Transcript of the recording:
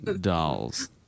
dolls